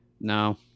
No